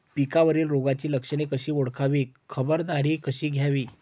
पिकावरील रोगाची लक्षणे कशी ओळखावी, खबरदारी कशी घ्यावी?